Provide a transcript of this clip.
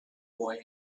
boy